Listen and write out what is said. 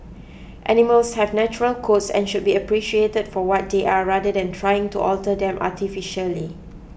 animals have natural coats and should be appreciated for what they are rather than trying to alter them artificially